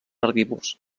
herbívors